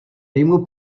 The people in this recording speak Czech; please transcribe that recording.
týmu